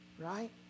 right